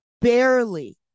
barely